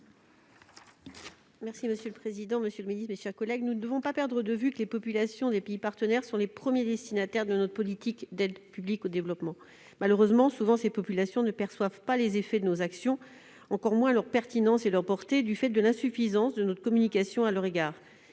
est ainsi libellé : La parole est à Mme Hélène Conway-Mouret. Nous ne devons pas perdre de vue que les populations des pays partenaires sont les premières destinataires de notre politique d'aide publique au développement. Malheureusement, le plus souvent, ces populations ne perçoivent pas les effets de nos actions, encore moins leur pertinence et leur portée, du fait de l'insuffisance de notre communication à leur égard.